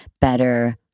better